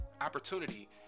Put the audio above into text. opportunity